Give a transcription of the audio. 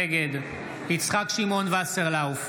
נגד יצחק שמעון וסרלאוף,